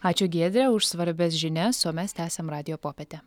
ačiū giedre už svarbias žinias o mes tęsiam radijo popietę